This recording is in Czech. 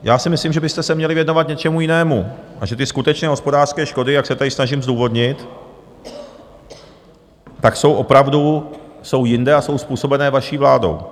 Já si myslím, že byste se měli věnovat něčemu jinému a že ty skutečné hospodářské škody, jak se tady snažím zdůvodnit, tak jsou opravdu jinde a jsou způsobené vaší vládou.